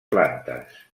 plantes